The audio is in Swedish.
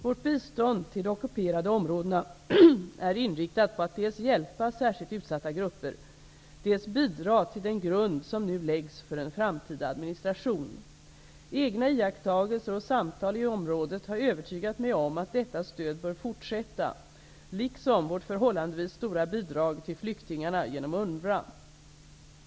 Vårt bistånd till de ockuperade områdena är inriktat på att dels hjälpa särskilt utsatta grupper, dels bidra till den grund som nu läggs för en framtida administration. Egna iakttagelser och samtal i området har övertygat mig om att detta stöd bör fortsätta, liksom vårt förhållandevis stora bidrag till flyktingarna genom UNRWA.